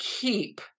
keep